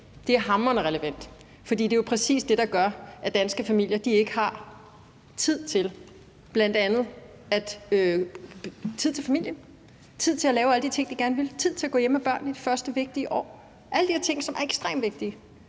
Det er hamrende relevant. For det er jo præcis det, der gør, at danske familier ikke har tid til familien – tid til at lave alle de ting, de gerne vil, tid til at gå hjemme med børnene de første vigtige år, alle de her ting, som er ekstremt vigtige.